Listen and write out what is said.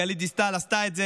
גלית דיסטל עשתה את זה,